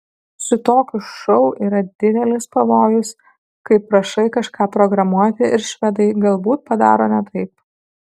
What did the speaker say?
su tokiu šou yra didelis pavojus kai prašai kažką programuoti ir švedai galbūt padaro ne taip